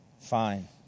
fine